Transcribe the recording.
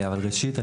ראשית,